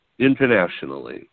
internationally